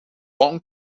long